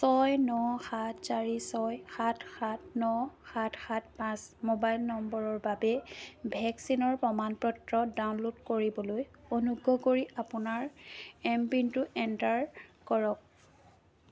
ছয় ন সাত চাৰি ছয় সাত সাত ন সাত সাত পাঁচ মোবাইল নম্বৰৰ বাবে ভেকচিনৰ প্ৰমাণ পত্ৰ ডাউনল'ড কৰিবলৈ অনুগ্ৰহ কৰি আপোনাৰ এমপিনটো এণ্টাৰ কৰক